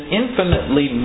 infinitely